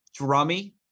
Drummy